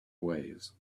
ways